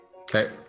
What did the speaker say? Okay